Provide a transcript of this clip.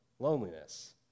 loneliness